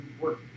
work